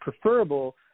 preferable